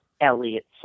Elliot